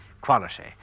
quality